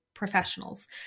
professionals